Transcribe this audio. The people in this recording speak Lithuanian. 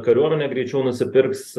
kariuomenė greičiau nusipirks